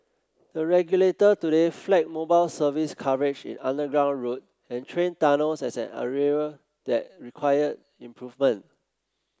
the regulator today flagged mobile service coverage in underground road and train tunnels as an area that required improvement